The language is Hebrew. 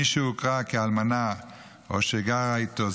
מי שהוכרה כאלמנה או שגרה איתו,